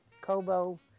Kobo